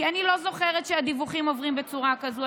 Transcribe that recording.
כי אני לא זוכרת שהדיווחים עוברים בצורה כזאת.